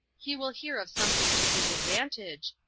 he will hear of something to his advantage,